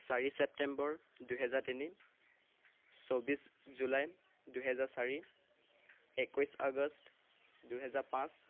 চাৰি ছেপ্টেম্বৰ দুহেজাৰ তিনি চৌব্বিছ জুলাই দুহেজাৰ চাৰি একৈশ আগষ্ট দুহেজাৰ পাঁচ